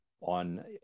on